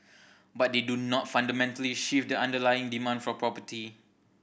but they do not fundamentally shift the underlying demand for property